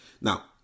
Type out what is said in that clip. Now